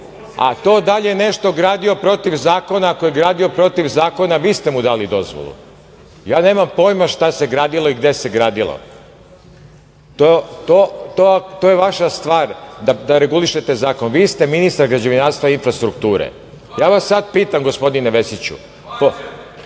a to da li je nešto gradio protiv zakona - ako je gradio protiv zakona, vi ste mu dali dozvolu. Ja nemam pojma šta se gradilo i gde se gradilo. To je vaša stvar da regulišete zakon. Vi ste ministar građevinarstva i infrastrukture. Sada vas pitam, gospodine Vesiću…